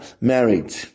married